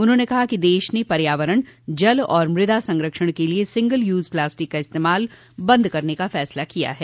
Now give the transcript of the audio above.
उन्होंने कहा कि देश ने पर्यावरण जल और मृदा संरक्षण के लिए सिगंल यूज प्लास्टिक का इस्तेमाल बंद करने का फैसला किया है